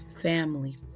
family